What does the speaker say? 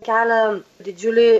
kelia didžiulį